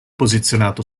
posizionato